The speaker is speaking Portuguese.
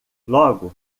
logo